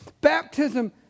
Baptism